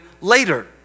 later